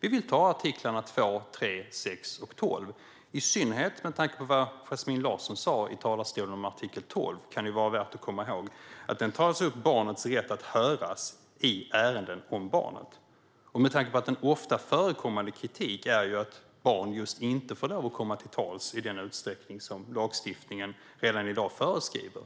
Vi vill ta fram artiklarna 2, 3, 6 och 12. I synnerhet med tanke på det som Yasmine Larsson sa i talarstolen om artikel 12 kan det vara värt att komma ihåg att den tar upp barnets rätt att höras i ärenden om barnet. Med tanke på att det ofta förekommer kritik om att barn inte får komma till tals i den utsträckning som lagstiftningen redan i dag föreskriver